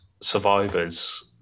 survivors